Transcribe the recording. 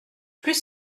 plus